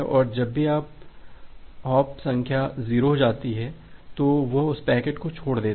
और जब भी वह हॉप संख्या 0 हो जाती है वह उस पैकेट को छोड़ देगा